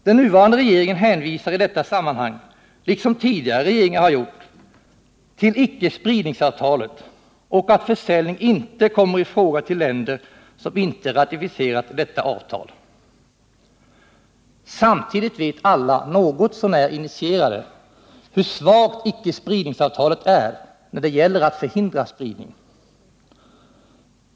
Den nuvarande regeringen hänvisar i detta sammanhang, liksom tidigare regeringar gjort, till icke-spridningsavtalet och att försäljning inte kommer i fråga till länder som inte ratificerat detta avtal. Samtidigt vet alla något så när initierade hur svagt icke-spridningsavtalet är när det gäller att förhindra spridning.